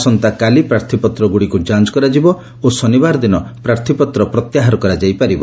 ଆସନ୍ତାକାଲି ପ୍ରାର୍ଥୀପତ୍ରଗୁଡ଼ିକୁ ଯାଞ୍ଚ କରାଯିବ ଓ ଶନିବାର ଦିନ ପ୍ରାର୍ଥୀପତ୍ର ପ୍ରତ୍ୟାହାର କରାଯାଇପାରିବ